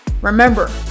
Remember